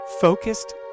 focused